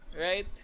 right